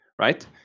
right